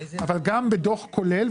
אבל גם בדוח כולל,